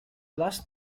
last